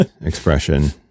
expression